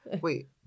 Wait